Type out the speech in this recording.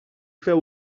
feu